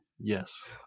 Yes